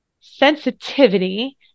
sensitivity